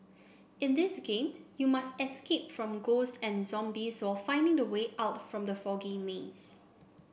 in this game you must escape from ghosts and zombies while finding the way out from the foggy maze